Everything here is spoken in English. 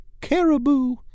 Caribou